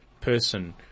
person